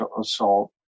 assault